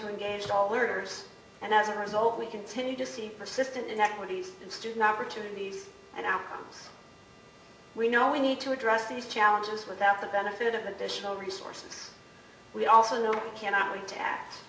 to engage all learners and as a result we continue to see persistent inequities in student opportunities and outcomes we know we need to address these challenges without the benefit of additional resources we also know cannot wait to act